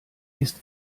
ist